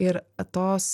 ir tos